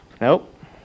Nope